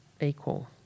equal